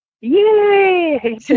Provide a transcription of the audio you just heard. Yay